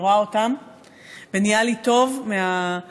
אני רואה אותם ונהיה לי טוב מהמעורבת,